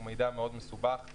שהוא מידע מאוד מסובך.